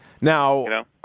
Now